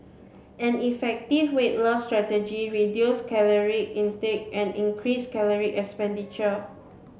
an effective weight loss strategy reduce caloric intake and increase caloric expenditure